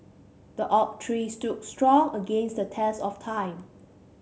the oak tree stood strong against the test of time